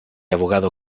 abogado